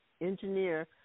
engineer